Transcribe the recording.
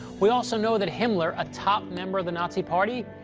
we also know that himmler, a top member of the nazi party,